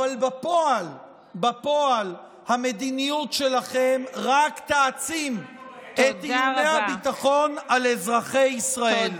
אבל בפועל המדיניות שלכם רק תעצים את איומי הביטחון על אזרחי ישראל.